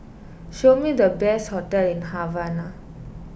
show me the best hotels in Havana